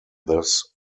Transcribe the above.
this